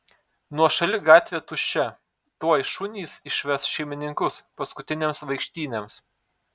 nuošali gatvė tuščia tuoj šunys išves šeimininkus paskutinėms vaikštynėms